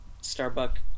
Starbuck